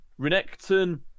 Renekton